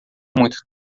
muito